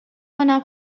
کنم